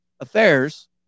Affairs